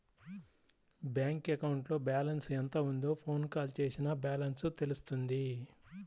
bank అకౌంట్లో balance ఎంత ఉందో ఫోన్ కాల్ చేసినా బ్యాలెన్స్ తెలుస్తుంది